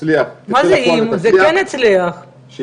תצא לפועל ותצליח --- מה זה אם?